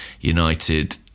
United